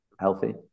healthy